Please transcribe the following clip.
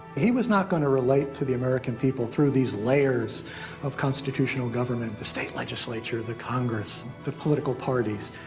he was not going to relate to the american people through these layers of constitutional government the state legislature, the congress, the political parties.